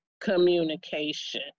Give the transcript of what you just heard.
communication